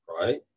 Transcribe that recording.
right